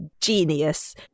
genius